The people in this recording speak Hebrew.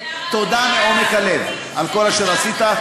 תודה מעומק הלב על כל אשר עשית,